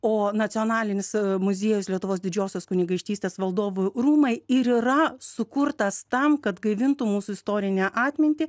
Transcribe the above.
o nacionalinis muziejus lietuvos didžiosios kunigaikštystės valdovų rūmai ir yra sukurtas tam kad gaivintų mūsų istorinę atmintį